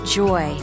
joy